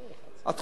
רבותי,